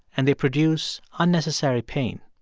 and they produce unnecessary pain.